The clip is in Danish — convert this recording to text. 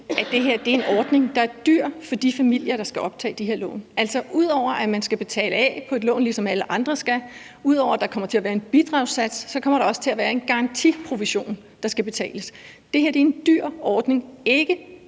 at det her er en ordning, der er dyr for de familier, der skal optage de her lån? Ud over at man skal betale af på et lån, ligesom alle andre skal det, ud over at der kommer til at være en bidragssats, kommer der også til at være en garantiprovision, der skal betales. Det her er en dyr ordning, og